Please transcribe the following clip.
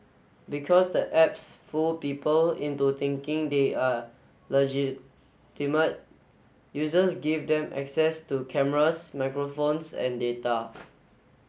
because the apps fool people into thinking they are legitimate users give them access to cameras microphones and data